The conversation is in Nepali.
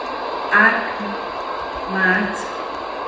आठ मार्च